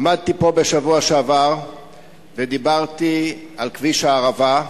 עמדתי פה בשבוע שעבר ודיברתי על כביש הערבה,